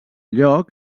lloc